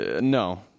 No